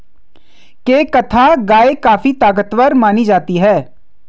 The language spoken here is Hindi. केंकथा गाय काफी ताकतवर मानी जाती है